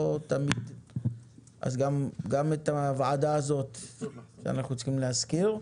גם את הוועדה הזאת צריך להזכיר.